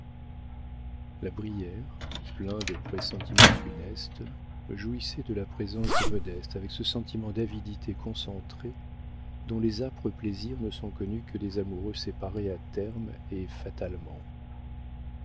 la brière plein de pressentiments funestes jouissait de la présence de modeste avec ce sentiment d'avidité concentrée dont les âpres plaisirs ne sont connus que des amoureux séparés à terme et fatalement